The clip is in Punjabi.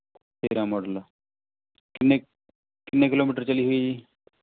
ਤੇਰ੍ਹਾਂ ਮੌਡਲ ਕਿੰਨੇ ਕਿੰਨੇ ਕਿਲੋਮੀਟਰ ਚੱਲੀ ਹੋਈ ਹੈ ਜੀ